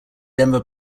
denver